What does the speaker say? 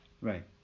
Right